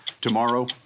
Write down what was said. Tomorrow